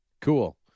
cool